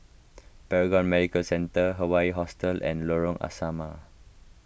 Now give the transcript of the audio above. Paragon Medical Centre Hawaii Hostel and Lorong Asrama